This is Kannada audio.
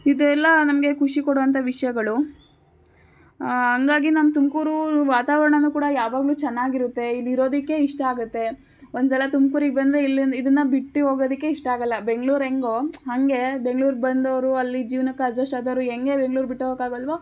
ಇದೆಲ್ಲ ನಮಗೆ ಖುಷಿ ಕೊಡುವಂಥ ವಿಷಯಗಳು ಹಂಗಾಗಿ ನಮ್ಮ ತುಮಕೂರು ವಾತಾವರಣನು ಕೂಡ ಯಾವಾಗಲೂ ಚೆನ್ನಾಗಿರುತ್ತೆ ಇಲ್ಲಿರೋದಕ್ಕೆ ಇಷ್ಟ ಆಗುತ್ತೆ ಒಂದು ಸಲ ತುಮ್ಕೂರಿಗೆ ಬಂದರೆ ಇಲ್ಲಿಂದ ಇದನ್ನು ಬಿಟ್ಟು ಹೋಗೋದಿಕ್ಕೆ ಇಷ್ಟ ಆಗೊಲ್ಲ ಬೆಂಗ್ಳೂರು ಹೆಂಗೋ ಹಾಗೆ ಬೆಂಗ್ಳೂರ್ಗೆ ಬಂದವರು ಅಲ್ಲಿ ಜೀವ್ನಕ್ಕೆ ಅಜೆಸ್ಟ್ ಆದವರು ಹೆಂಗೆ ಬೆಂಗ್ಳೂರು ಬಿಟ್ಟೋಗಕ್ಕೆ ಆಗಲ್ಲವೋ